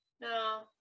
No